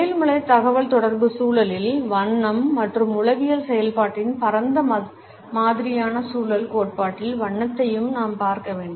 தொழில்முறை தகவல்தொடர்பு சூழலில் வண்ணம் மற்றும் உளவியல் செயல்பாட்டின் பரந்த மாதிரியான சூழல் கோட்பாட்டில் வண்ணத்தையும் நாம் பார்க்க வேண்டும்